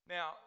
Now